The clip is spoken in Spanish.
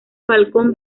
falcón